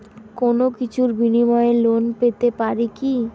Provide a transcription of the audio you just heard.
কোনো কিছুর বিনিময়ে লোন পেতে পারি কি?